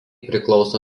priklauso